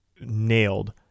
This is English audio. nailed